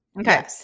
Okay